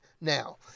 now